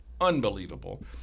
unbelievable